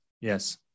Yes